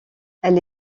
elle